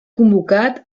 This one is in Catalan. convocat